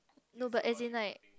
no but as in like